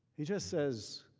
he just says,